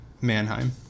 Manheim